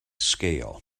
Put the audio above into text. scale